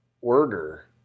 order